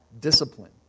discipline